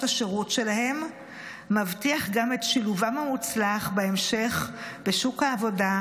השירות שלהם מבטיחים גם את שילובם המוצלח בהמשך בשוק העבודה,